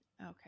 okay